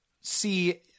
see